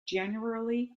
generally